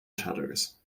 shutters